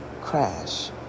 crash